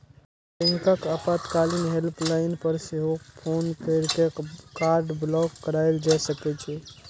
बैंकक आपातकालीन हेल्पलाइन पर सेहो फोन कैर के कार्ड ब्लॉक कराएल जा सकै छै